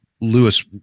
Lewis